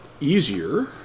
easier